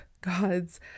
God's